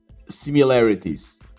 similarities